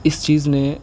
اس چیز نے